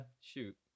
shoot